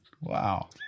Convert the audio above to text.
wow